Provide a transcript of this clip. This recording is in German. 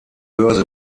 börse